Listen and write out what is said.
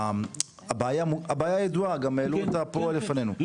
הבעיה היא ידועה היא גם הייתה פה לפנינו,